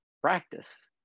practice